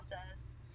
process